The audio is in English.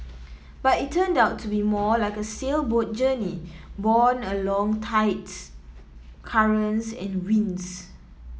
but it turned out to be more like a sailboat journey borne along by tides currents and winds